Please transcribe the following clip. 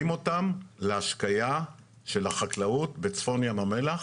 אותם להשקיה של החקלאות בצפון ים המלח,